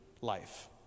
life